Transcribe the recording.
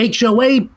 HOA